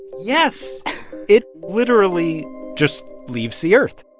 yes it literally just leaves the earth.